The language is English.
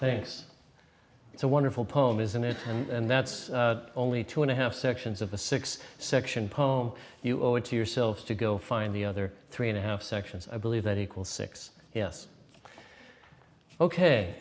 thanks it's a wonderful poem isn't it and that's only two and a half sections of a six section poem you owe it to yourself to go find the other three and a half sections i believe that equals six yes ok